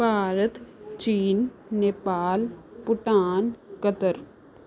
ਭਾਰਤ ਚੀਨ ਨੇਪਾਲ ਭੂਟਾਨ ਕਤਰ